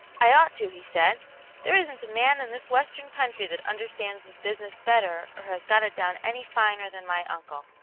i ought to, he said there isn't a man in this western country that understands the business better or has got it down any finer than my uncle.